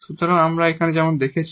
সুতরাং আমরা এখানে যেমন লিখেছি